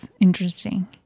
interesting